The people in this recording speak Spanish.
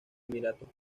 emiratos